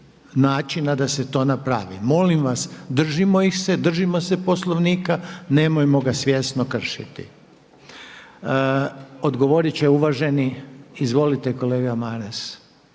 načina da se to napravi. Molim vas, držimo ih se, držimo se Poslovnika, nemojmo ga svjesno kršiti. Odgovoriti će uvaženi, izvolite kolega Maras.